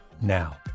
now